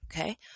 Okay